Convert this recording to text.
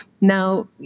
Now